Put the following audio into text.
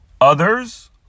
Others